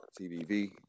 TVV